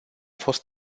fost